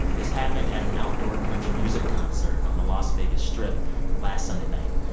this happened at an outdoor country music concert on the las vegas strip last sunday night.